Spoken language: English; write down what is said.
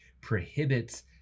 prohibits